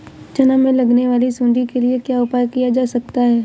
चना में लगने वाली सुंडी के लिए क्या उपाय किया जा सकता है?